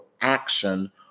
action